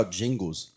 jingles